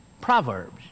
Proverbs